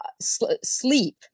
sleep